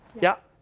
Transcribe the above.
yeah.